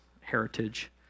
heritage